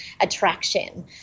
attraction